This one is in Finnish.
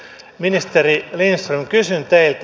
ministeri lindström kysyn teiltä